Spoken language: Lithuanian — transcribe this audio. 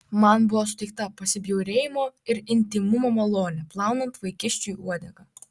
man buvo suteikta pasibjaurėjimo ir intymumo malonė plaunant vaikiščiui uodegą